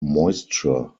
moisture